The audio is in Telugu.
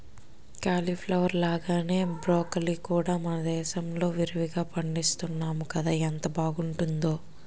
క్యాలీఫ్లవర్ లాగానే బ్రాకొలీ కూడా మనదేశంలో విరివిరిగా పండిస్తున్నాము కదా ఎంత బావుంటుందో